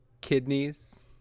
kidneys